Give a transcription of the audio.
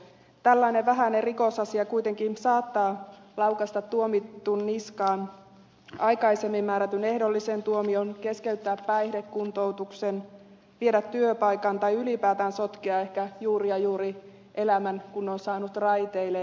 tällainen vähäinen rikosasia kuitenkin saattaa laukaista tuomitun niskaan aikaisemmin määrätyn ehdollisen tuomion keskeyttää päihdekuntoutuksen viedä työpaikan tai ylipäätään sotkea elämän ehkä kun on juuri ja juuri sen saanut raiteilleen